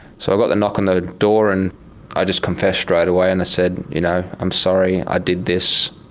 so i got the knock on the door and i just confessed straight away, and i said, you know i'm sorry i did this.